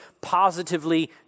positively